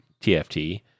TFT